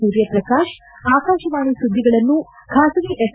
ಸೂರ್ಯ ಪ್ರಕಾಶ್ ಆಕಾಶವಾಣಿ ಸುದ್ದಿಗಳನ್ನು ಬಾಸಗಿ ಎಫ್